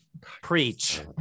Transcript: Preach